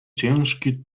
ciężki